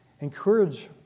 encourage